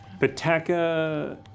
Pataka